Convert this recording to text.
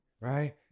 right